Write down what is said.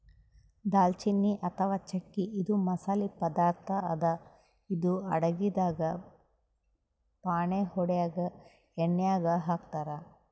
ದಾಲ್ಚಿನ್ನಿ ಅಥವಾ ಚಕ್ಕಿ ಇದು ಮಸಾಲಿ ಪದಾರ್ಥ್ ಅದಾ ಇದು ಅಡಗಿದಾಗ್ ಫಾಣೆ ಹೊಡ್ಯಾಗ್ ಎಣ್ಯಾಗ್ ಹಾಕ್ತಾರ್